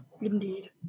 Indeed